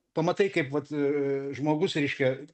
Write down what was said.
pamatai kaip vat žmogus reiškia